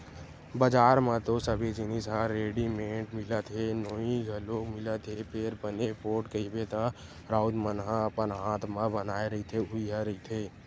बजार म तो सबे जिनिस ह रेडिमेंट मिलत हे नोई घलोक मिलत हे फेर बने पोठ कहिबे त राउत मन ह अपन हात म बनाए रहिथे उही ह रहिथे